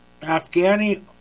Afghani